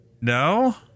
no